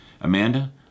Amanda